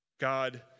God